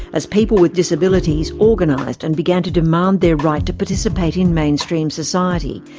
as people with disabilities organised and began to demand their right to participate in mainstream society,